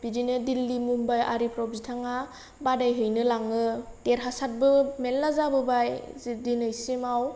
बिदिनो दिल्ली मुम्बाइ आरिफ्राव बिथाङा बादायहैनो लाङो देरहासादबो मेल्ला जाबोबाय जि दिनैसिमाव